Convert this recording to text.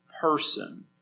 person